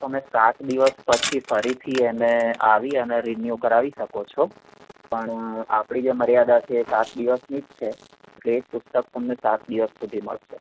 તમે સાત દિવસ પછી ફરીથી એને આવી અને રિન્યૂ કરાવી શકો છો પણ આપણી જે મર્યાદા છે એ સાત દિવસની જ છે એટલે એ પુસ્તક તમને સાત દિવસ સુધી મળશે